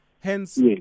Hence